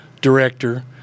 director